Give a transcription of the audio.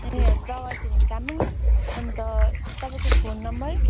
दावा छिरिङ तामाङ अन्त तपाईँको phone number